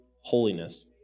holiness